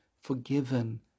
forgiven